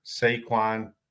Saquon